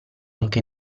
anche